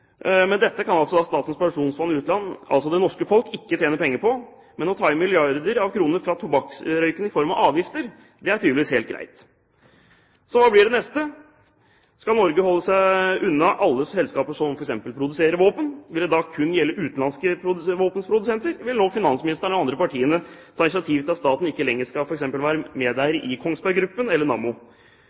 men dette kan altså Statens pensjonsfond – Utland, altså det norske folk, ikke tjene penger på. Men å ta inn milliarder av kroner fra tobakksrøykende i form av avgifter er tydeligvis helt greit. Så hva blir det neste? Skal Norge holde seg unna alle selskaper som f.eks. produserer våpen? Vil det da kun gjelde utenlandske våpenprodusenter, eller vil nå finansministeren og de andre partiene ta initiativ til at staten ikke lenger skal være medeier i f.eks. Kongsberg Gruppen eller